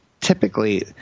typically